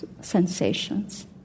sensations